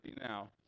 now